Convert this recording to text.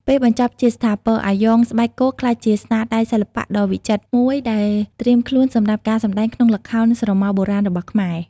ពេលបញ្ចប់ជាស្ថាពរ អាយ៉ងស្បែកគោក្លាយជាស្នាដៃសិល្បៈដ៏វិចិត្រមួយដែលត្រៀមខ្លួនសម្រាប់ការសម្តែងក្នុងល្ខោនស្រមោលបុរាណរបស់ខ្មែរ។